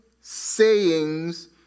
sayings